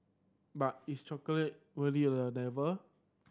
but is chocolate really a devil